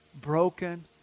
broken